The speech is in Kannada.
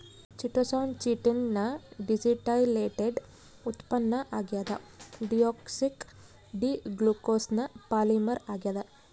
ಚಿಟೋಸಾನ್ ಚಿಟಿನ್ ನ ಡೀಸಿಟೈಲೇಟೆಡ್ ಉತ್ಪನ್ನ ಆಗ್ಯದ ಡಿಯೋಕ್ಸಿ ಡಿ ಗ್ಲೂಕೋಸ್ನ ಪಾಲಿಮರ್ ಆಗ್ಯಾದ